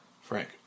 Frank